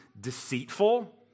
deceitful